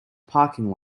parking